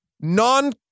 Non